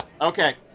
Okay